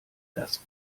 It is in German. dass